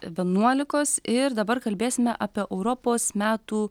vienuolikos ir dabar kalbėsime apie europos metų